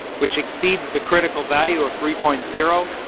which exceeds the critical value of three point zero.